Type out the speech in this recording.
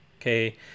okay